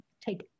take